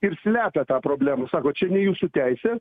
ir slepia tą problemą sako čia ne jūsų teisė